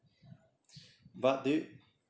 but do you